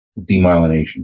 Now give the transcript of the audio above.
demyelination